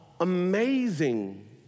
amazing